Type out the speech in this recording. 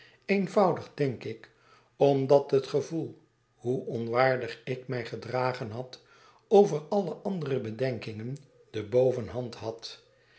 eenvoudig denkik omdat het gevoel hoe onwaardig ik mij gedragen had over alle andere bedenkingen de bovenhand had